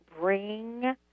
bring